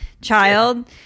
child